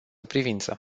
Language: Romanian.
privință